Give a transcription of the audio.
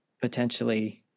Potentially